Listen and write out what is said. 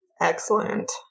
Excellent